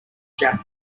jacket